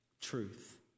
truth